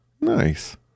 Nice